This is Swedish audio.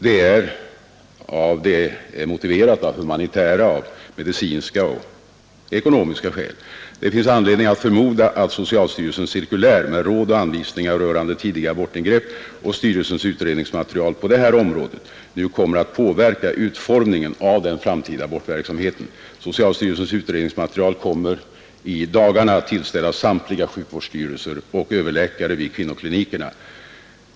Det är motiverat av humanitära, medicinska och ekonomiska skäl. Det finns anledning att förmoda att socialstyrelsens cirkulär med råd och anvisningar rörande tidiga abortingrepp och styrelsens utredningsmaterial på detta område kommer att påverka utformningen av den framtida abortverksamheten. Socialstyrelsens utredningsmaterial kommer i dagarna att tillställas samtliga sjukvårdsstyrelser och överläkare vid kvinnoklinikerna.